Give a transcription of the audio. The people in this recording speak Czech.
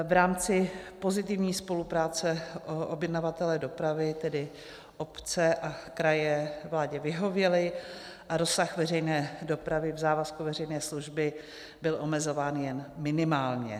V rámci pozitivní spolupráce objednavatelé dopravy, tedy obce a kraje, vládě vyhověli a rozsah veřejné dopravy v závazku veřejné služby byl omezován jen minimálně.